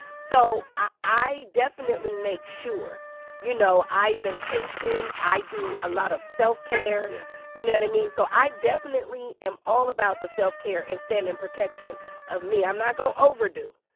so i i definitely make sure you know, i vacation. i do a lot of self-care yeah you know what i mean? so i definitely am all about the self-care and stand in protection of me. i'm not going to overdo,